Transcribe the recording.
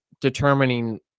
determining